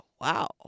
Wow